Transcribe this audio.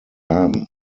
haben